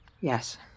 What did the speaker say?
Yes